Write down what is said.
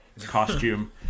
costume